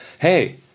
Hey